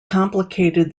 complicated